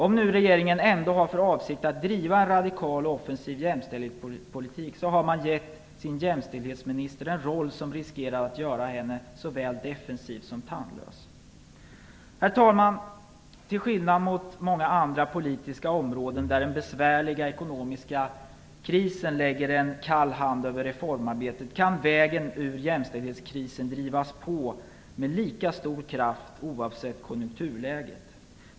Om nu regeringen ändå har för avsikt att driva en radikal och offensiv jämställdhetspolitik har man gett sin jämställdhetsminister en roll som riskerar att göra henne såväl defensiv som tandlös. Herr talman! Till skillnad från många andra politiska områden, där den besvärliga ekonomiska krisen lägger en kall hand över reformarbetet, kan vägen ur jämställhetskrisen drivas på med lika stor kraft oavsett konjunkturläget.